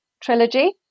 trilogy